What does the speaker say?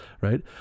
right